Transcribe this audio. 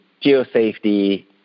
geo-safety